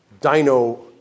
dino